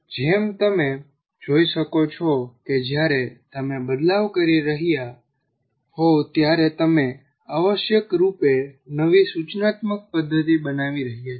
જેમ તમે જોઈ શકો છો કે જ્યારે તમે બદલાવ કરી રહ્યાં હોવ ત્યારે તમે આવશ્યક રૂપે નવી સૂચનાત્મક પદ્ધતિ બનાવી રહ્યા છો